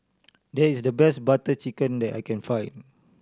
there is the best Butter Chicken that I can find